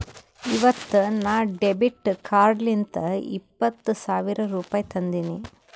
ಇವತ್ ನಾ ಡೆಬಿಟ್ ಕಾರ್ಡ್ಲಿಂತ್ ಇಪ್ಪತ್ ಸಾವಿರ ರುಪಾಯಿ ತಂದಿನಿ